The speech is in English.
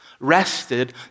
rested